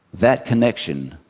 that connection,